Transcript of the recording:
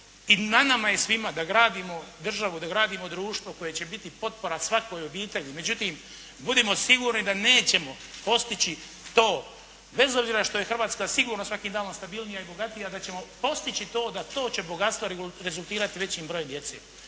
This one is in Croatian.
i na nama je svima da gradimo državu, da gradimo društvo koje će biti potpora svakoj obitelji. Međutim, budimo sigurni da nećemo postići to, bez obzira što je Hrvatska sigurno svaki danom stabilnija i bogatija, da ćemo postići to, da to će bogatstvo rezultirati većim brojem djece.